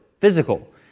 physical